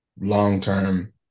long-term